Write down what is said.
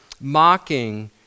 mocking